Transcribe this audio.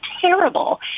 terrible